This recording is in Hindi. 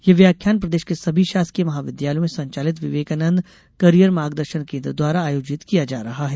यह व्याख्यान प्रदेश के सभी शासकीय महाविद्यालयों में संचालित विवेकानंद कैरियर मार्गदर्शन केन्द्र द्वारा आयोजित किया जा रहा है